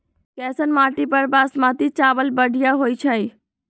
कैसन माटी पर बासमती चावल बढ़िया होई छई?